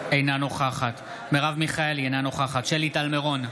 אינה נוכחת מרב מיכאלי, אינה נוכחת שלי טל מירון,